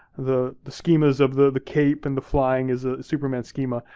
the the schemas of the the cape and the flying is a superman schema.